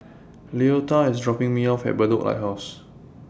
Leota IS dropping Me off At Bedok Lighthouse